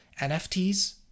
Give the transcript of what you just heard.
NFTs